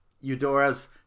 Eudora's